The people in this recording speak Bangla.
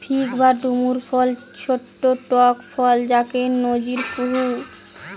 ফিগ বা ডুমুর ফল ছট্ট টক ফল যাকে নজির কুহু